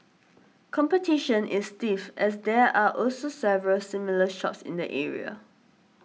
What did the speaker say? competition is stiff as there are also several similar shops in the area